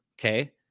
okay